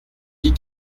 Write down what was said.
dit